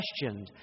questioned